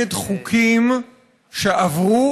ונגד חוקים שעברו